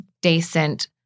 decent